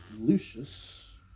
Lucius